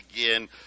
again